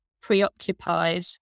preoccupied